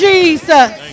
Jesus